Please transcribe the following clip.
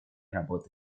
работы